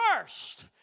first